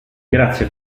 grazie